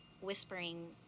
whispering